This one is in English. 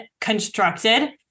constructed